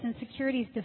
insecurities